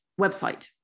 website